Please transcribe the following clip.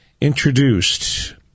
introduced